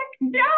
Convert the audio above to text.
no